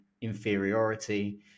inferiority